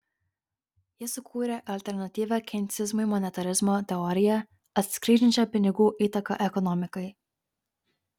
jis sukūrė alternatyvią keinsizmui monetarizmo teoriją atskleidžiančią pinigų įtaką ekonomikai